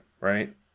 right